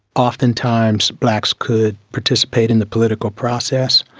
oftentimes blacks could participate in the political process.